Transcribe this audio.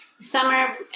Summer